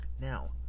Now